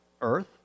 earth